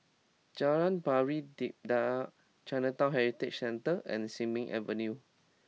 Jalan Pari Dedap Chinatown Heritage Centre and Sin Ming Avenue